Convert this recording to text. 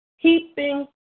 keeping